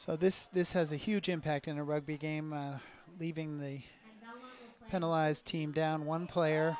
so this this has a huge impact in a rugby game leaving the penalize team down one player